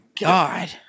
God